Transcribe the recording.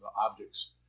objects